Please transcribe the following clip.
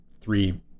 three